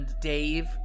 Dave